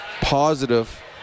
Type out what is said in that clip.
positive